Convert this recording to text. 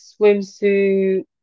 swimsuit